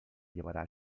llevará